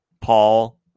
Paul